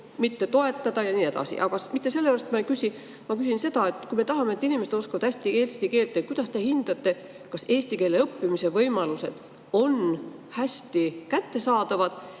mitte toetada" ja nii edasi. Aga mitte sellepärast ma ei küsi. Ma küsin seda: kui me tahame, et inimesed oskaksid hästi eesti keelt, siis kuidas te hindate, kas eesti keele õppimise võimalused on hästi kättesaadavad?